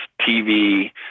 TV